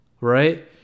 right